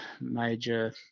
major